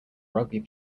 rugby